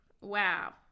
Wow